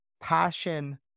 passion